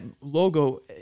logo